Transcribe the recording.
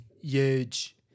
huge